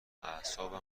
اعصابم